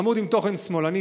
עמוד עם תוכן שמאלני,